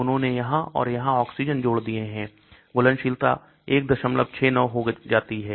अब उन्होंने यहां और यहां ऑक्सीजन जोड़ दिए हैं घुलनशीलता 169 हो जाती है